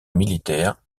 militaire